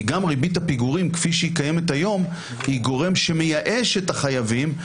כי גם ריבית הפיגורים כפי שהיא קיימת היום היא גורם שמייאש את החייבים.